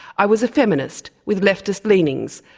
i was a feminist with leftist leanings,